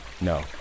No